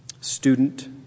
student